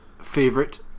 favorite